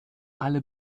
alle